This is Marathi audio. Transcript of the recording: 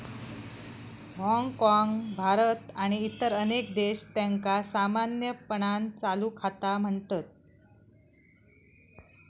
हाँगकाँग, भारत आणि इतर अनेक देश, त्यांका सामान्यपणान चालू खाता म्हणतत